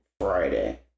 Friday